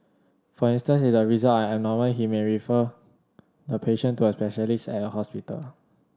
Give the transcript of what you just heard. for instance if the results are abnormal he may refer the patient to a specialist at a hospital